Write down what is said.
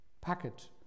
packet